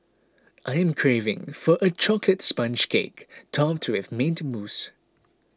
I am craving for a Chocolate Sponge Cake Topped with Mint Mousse